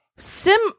Sim